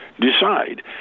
decide